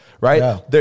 Right